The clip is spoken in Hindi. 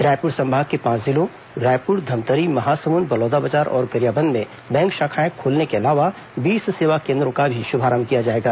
रायपुर संभाग के पांच जिलों रायपुर धमतरी महासमुद बलौदाबाजार और गरियाबंद में बैंक शाखाएं खोलने के अलावा बीस सेवा केंद्रों का भी शुभारंभ किया जाएगा